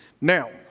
Now